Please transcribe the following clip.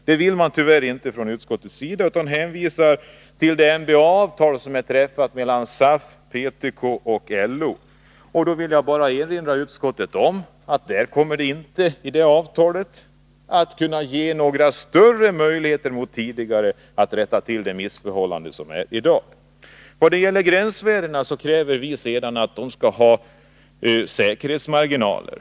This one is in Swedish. Något sådant vill tyvärr inte utskottet göra, utan det hänvisar till det MBA-avtal som har träffats mellan SAF, PTK och LO. Jag vill bara erinra utskottet om att detta avtal inte kommer att kunna ge oss större möjligheter än tidigare att rätta till de missförhållanden som i dag råder. När det gäller gränsvärdena kräver vi att de skall ha säkerhetsmarginaler.